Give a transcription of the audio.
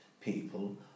people